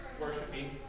worshiping